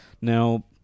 now